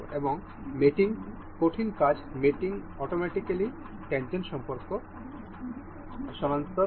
এবং মেটিং কঠিন কাজ মেটিং অটোমেটিকালি ট্যান্জেন্ট সম্পর্ক সনাক্ত করে